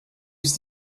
use